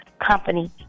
company